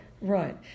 Right